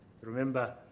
Remember